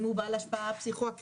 אם הוא בעל השפעה פסיכואקטיבית,